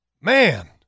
Man